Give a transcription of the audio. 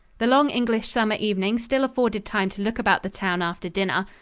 the long english summer evening still afforded time to look about the town after dinner.